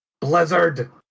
Blizzard